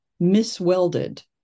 miswelded